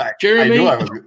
Jeremy